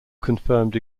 confirmed